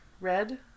Red